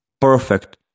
Perfect